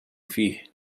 فيه